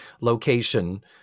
location